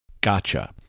Gotcha